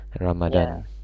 Ramadan